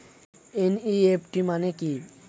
NEFT মানে কি?